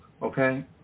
okay